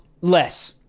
less